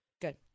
good